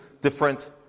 different